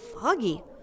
foggy